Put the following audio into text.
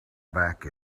back